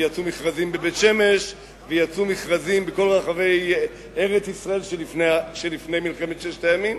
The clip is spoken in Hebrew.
בבית-שמש ובכל רחבי ארץ-ישראל שלפני מלחמת ששת הימים,